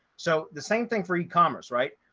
so the same thing for e commerce, right?